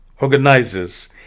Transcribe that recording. organizers